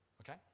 Okay